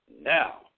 Now